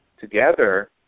together –